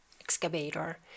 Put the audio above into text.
excavator